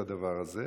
את הדבר הזה.